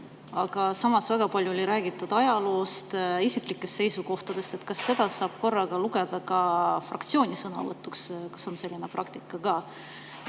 samas väga palju räägiti ajaloost ja isiklikest seisukohtadest. Kas seda saab korraga lugeda ka fraktsiooni sõnavõtuks? Kas on selline praktika ka,